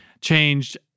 changed